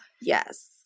Yes